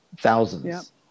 thousands